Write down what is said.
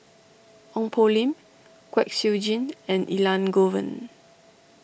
Ong Poh Lim Kwek Siew Jin and Elangovan